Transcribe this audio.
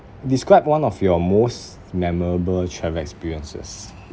describe one of your most memorable travel experiences